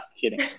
kidding